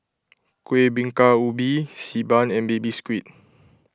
Kuih Bingka Ubi Xi Ban and Baby Squid